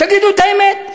תגידו את האמת.